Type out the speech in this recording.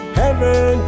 heaven